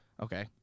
Okay